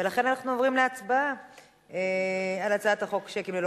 ולכן אנחנו עוברים להצבעה על הצעת החוק שיקים ללא